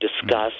discuss